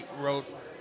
wrote